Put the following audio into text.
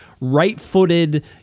right-footed